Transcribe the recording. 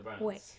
wait